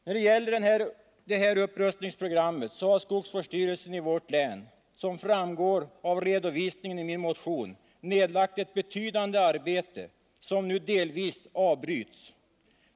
När det gäller det här upprustningsprogrammet har skogsvårdsstyrelsen i vårt län, som framgår av redovisningen i min motion, nedlagt ett betydande arbete, som nu delvis avbryts.